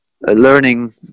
learning